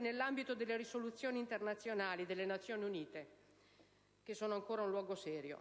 nell'ambito delle risoluzioni internazionali delle Nazioni Unite, che sono ancora una cosa seria.